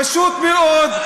פשוט מאוד,